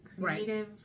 Creative